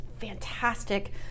fantastic